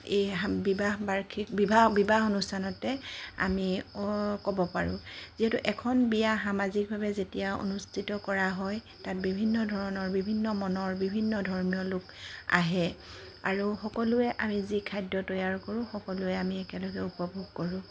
এই বিবাহ বাৰ্ষিক বিবাহ বিবাহ অনুষ্ঠানতে আমি অঁ ক'ব পাৰোঁ যিহেতু এখন বিয়া সামাজিকভাৱে যেতিয়া অনুষ্ঠিত কৰা হয় তাত বিভিন্ন ধৰণৰ বিভিন্ন মনৰ বিভিন্ন ধৰ্মীয় লোক আহে আৰু সকলোৱে আমি যি খাদ্য তৈয়াৰ কৰোঁ সকলোৱে আমি একেলগে উপভোগ কৰোঁ